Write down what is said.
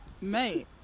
mate